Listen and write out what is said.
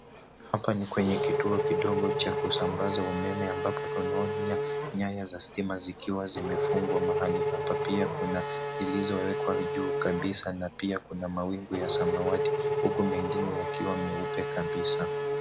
Hapa ni kwenye kituo kidogo cha kusambaza umeme ambapo tunaona nyaya za stima zikiwa zimefungwa mahali hapa. Pia kuna zilizowekwa juu kabisa na pia kuna mawingu ya samawati huku mengine yakiwa meupe kabisa.